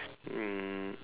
um